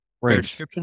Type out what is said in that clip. Right